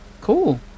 Cool